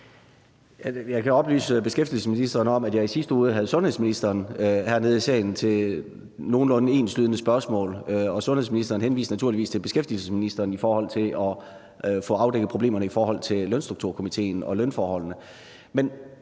Jeg kan oplyse beskæftigelsesministeren om, at jeg i sidste uge havde sundhedsministeren hernede i salen til besvarelse af nogenlunde enslydende spørgsmål, og sundhedsministeren henviste naturligvis til beskæftigelsesministeren, for så vidt angår afdækningen af problemerne med lønforholdene,